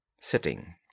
Sitting